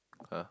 !huh!